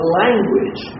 language